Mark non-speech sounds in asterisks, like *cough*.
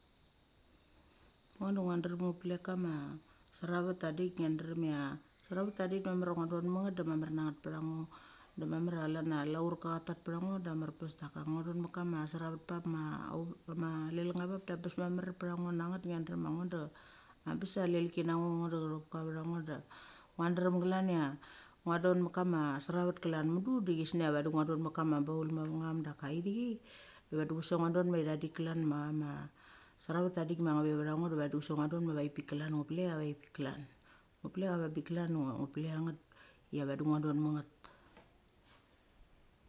Ngo de ngia drem ngo pelek kama seravet tadik ngia drem cha seravet de mamar cha ngo dong met nget de mamar na nget ptha ngo. De mamar ia laurka cha tat ptha ngo de a marpes daka ngo thon met kama seravet pap ma *unintelligible* lelngavop de bes mamar pecha ngo nget ngia drem cha ngo de abes ia alelki ngo ngo dei chethopka vetha ngo da, ngua drem klan ia ngo don met kama seravet klan mudu da chesngia vadi ngo don met kama baul mavangum daka ithik, da vedi a sik ngo don ma ithang dik klan ma ma seravet ta dik ma nga veva ngo de vedi chusek ngo don ma vek pik klan ngo pelek a vek pik klan. Ngo pelek avaikpik kalan ngo pelek cha nget chia vadi ngo don met nget.